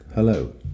Hello